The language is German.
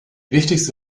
wichtigste